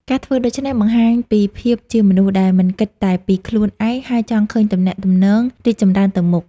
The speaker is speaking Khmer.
ការធ្វើដូច្នេះបង្ហាញពីភាពជាមនុស្សដែលមិនគិតតែពីខ្លួនឯង ហើយចង់ឃើញទំនាក់ទំនងរីកចម្រើនទៅមុខ។